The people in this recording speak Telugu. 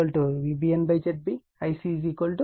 Ib VBN ZB